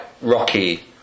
rocky